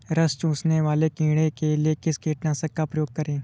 रस चूसने वाले कीड़े के लिए किस कीटनाशक का प्रयोग करें?